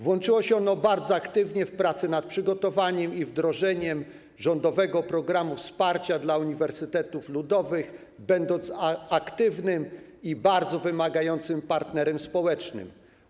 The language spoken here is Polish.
Włączyło się ono bardzo aktywnie w prace nad przygotowaniem i wdrożeniem rządowego programu wsparcia dla uniwersytetów ludowych, będąc aktywnym i bardzo wymagającym partnerem społecznym.